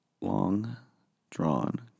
long-drawn